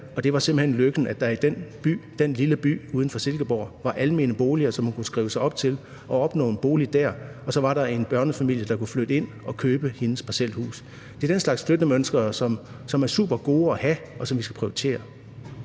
hen lykken, at der i den lille by uden for Silkeborg var almene boliger, som hun kunne blive skrevet op til, så hun kunne få en bolig der, og så var der en børnefamilie der kunne købe hendes parcelhus og flytte ind. Det er den slags flyttemønstre, som er supergode af have, og som vi skal prioritere.